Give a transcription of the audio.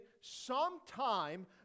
Sometime